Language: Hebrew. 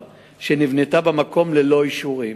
2. אם כן, מדוע נהרס המבנה ללא כל התראה?